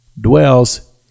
dwells